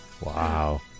Wow